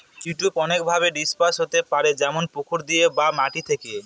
weed অনেকভাবে disperse হতে পারে যেমন পুকুর দিয়ে বা মাটি থেকে